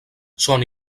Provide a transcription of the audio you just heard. són